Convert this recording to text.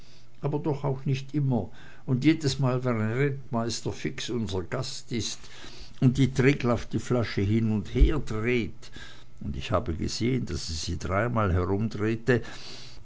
aber doch auch nicht immer und jedesmal wenn rentmeister fix unser gast ist und die triglaff die flasche hin und her dreht und ich habe gesehen daß sie sie dreimal herumdrehte